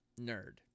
nerd